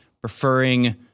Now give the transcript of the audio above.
preferring